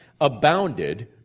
abounded